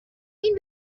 این